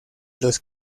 los